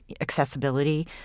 accessibility